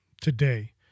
today